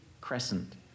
crescent